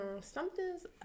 something's